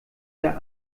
der